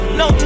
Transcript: no